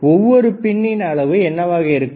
அதாவது ஒவ்வொரு பின்னின் அளவு என்னவாக இருக்கும்